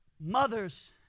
mothers